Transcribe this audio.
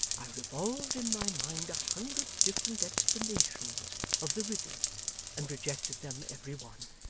i revolved in my mind a hundred different explanations of the riddle and rejected them every one.